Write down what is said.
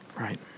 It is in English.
Right